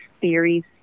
theories